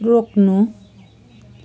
रोक्नु